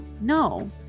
No